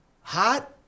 hot